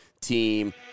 team